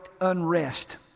unrest